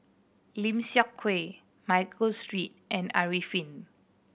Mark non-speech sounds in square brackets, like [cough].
Lim Seok Hui Michael [unintelligible] and Arifin